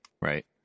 right